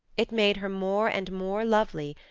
it made her more and more lovely,